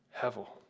hevel